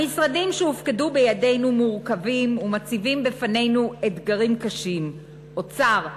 המשרדים שהופקדו בידינו מורכבים ומציבים בפנינו אתגרים קשים: אוצר,